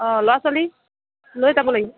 অ ল'ৰা ছোৱালী লৈ যাব লাগিব